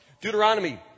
Deuteronomy